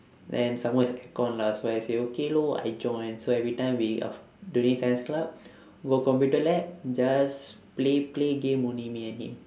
then some more is aircon lah so I say okay lor I join so every time we af~ during science club go computer lab just play play game only me and him